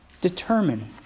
determine